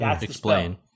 explain